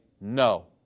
no